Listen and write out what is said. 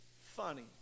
funny